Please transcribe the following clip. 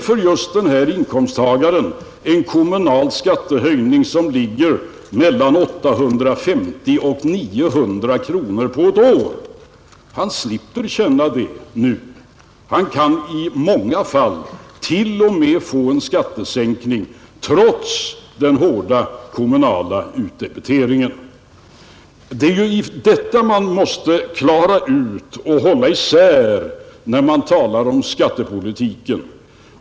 För denne inkomsttagare blir det en kommunal skattehöjning som ligger mellan 850 och 900 kronor på ett år. Han slipper känna detta nu. Han kan i många fall t.o.m. få en skattesänkning, trots den hårda kommunala utdebiteringen. Det är detta man måste klara ut och hålla isär när man talar om skattepolitiken.